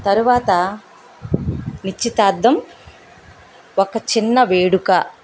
తరువాత నిశ్చితార్థం ఒక చిన్న వేడుక